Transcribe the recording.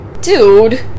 Dude